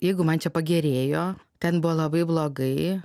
jeigu man čia pagerėjo ten buvo labai blogai